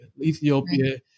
Ethiopia